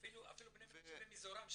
אפילו בני מנשה ומיזרם,